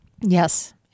Yes